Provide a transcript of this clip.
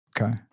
Okay